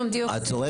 אני לא יודע